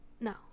No